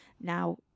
Now